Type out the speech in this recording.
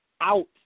out